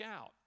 out